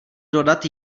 dodat